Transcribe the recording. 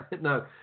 No